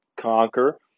conquer